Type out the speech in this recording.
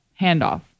handoff